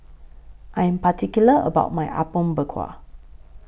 I Am particular about My Apom Berkuah